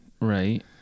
Right